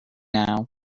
now